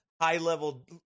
high-level